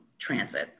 transit